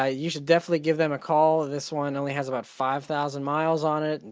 ah you should definitely give them a call. this one only has about five thousand miles on it, and